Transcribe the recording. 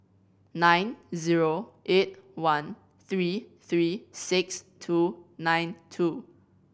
nine zero eight one three three six two nine two